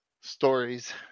stories